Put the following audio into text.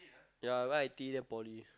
ya I go I_T_E then poly